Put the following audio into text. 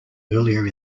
earlier